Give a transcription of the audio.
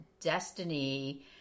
Destiny